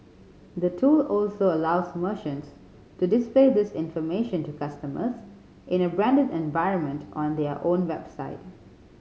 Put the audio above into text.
the tool also allows merchants to display this information to customers in a branded environment on their own website